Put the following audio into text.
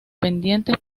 pendientes